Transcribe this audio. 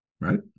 right